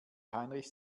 heinrich